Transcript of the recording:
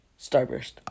Starburst